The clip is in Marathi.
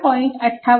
58 10